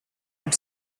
and